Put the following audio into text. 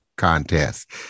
contest